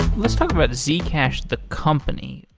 let's talk about zcash, the company,